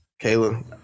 Kayla